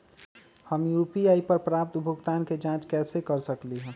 हम यू.पी.आई पर प्राप्त भुगतान के जाँच कैसे कर सकली ह?